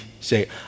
say